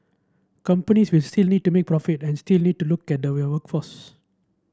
companies will still need to make profit and still need to look at their workforce